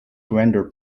grander